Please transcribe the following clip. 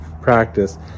practice